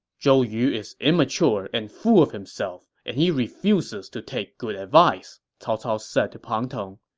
zhou yu is immature and full of himself, and he refuses to take good advice, cao cao said to pang tong.